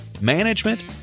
management